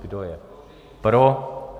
Kdo je pro?